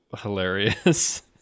hilarious